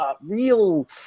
real